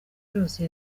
yose